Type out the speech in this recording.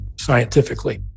scientifically